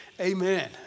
amen